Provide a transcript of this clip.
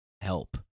help